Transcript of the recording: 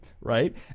right